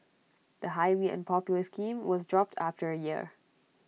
the highly unpopular scheme was dropped after A year